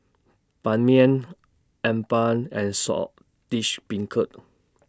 Ban Mian Appam and Saltish Beancurd